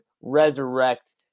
resurrect